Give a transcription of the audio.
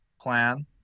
plan